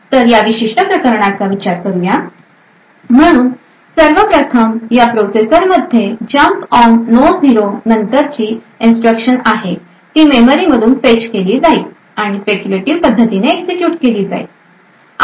तर या विशिष्ट प्रकरणाचा विचार करूया म्हणून सर्वप्रथम या प्रोसेसर मध्ये जम्प ऑन नो झिरो नंतर ची इन्स्ट्रक्शन आहे ती मेमरी मधून फेच केली जाईल आणि स्पेक्युलेटीव पद्धतीने एक्झिक्युट केली जाईल